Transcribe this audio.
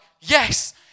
yes